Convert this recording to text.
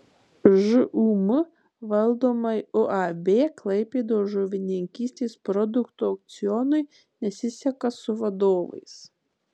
žūm valdomai uab klaipėdos žuvininkystės produktų aukcionui nesiseka su vadovais